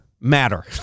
matter